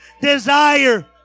desire